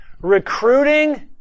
recruiting